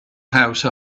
house